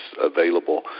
available